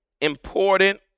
important